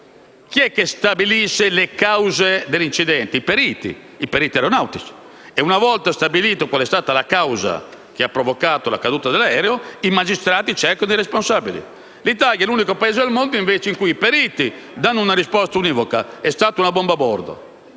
chi è che stabilisce le cause degli incidenti? I periti aeronautici. E una volta stabilita qual è stata la causa che ha provocato la caduta dell'aereo, i magistrati cercano i responsabili. L'Italia invece è l'unico Paese al mondo in cui i periti danno una risposta univoca (è stata una bomba a bordo),